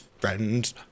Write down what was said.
friends